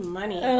money